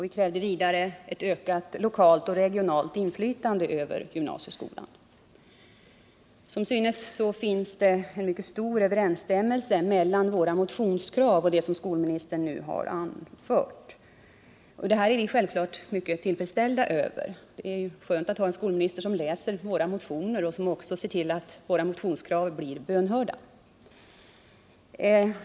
Vi krävde vidare ett ökat lokalt och regionalt inflytande över gymnasieskolan. Som synes finns det en mycket stor överensstämmelse mellan våra motionskrav och det som skolministern nu har anfört. Vi är självfallet mycket tillfredsställda med detta. Det är bra att ha en skolminister som läser våra motioner och som också ser till att våra motionskrav blir bönhörda.